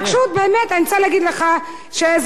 אני רוצה להגיד לך שזאת רק ההתחלה,